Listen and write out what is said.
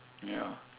ya